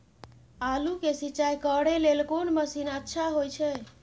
आलू के सिंचाई करे लेल कोन मसीन अच्छा होय छै?